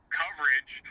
coverage